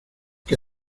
que